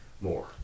more